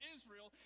Israel